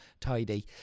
tidy